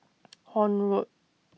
Horne Road